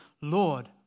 Lord